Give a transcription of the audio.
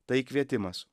tai kvietimas